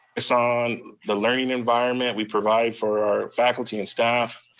it's on the learning environment we provide for our faculty and staff,